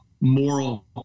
moral